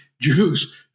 Jews